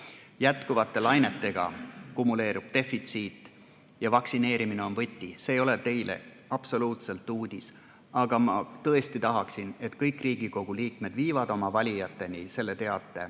Jätkuvate lainetega defitsiit kumuleerub. Ja vaktsineerimine on võti. See ei ole teile absoluutselt uudis, aga ma tõesti tahaksin, et kõik Riigikogu liikmed viivad oma valijateni selle teate, et